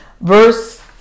verse